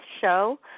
show